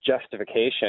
justification